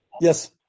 Yes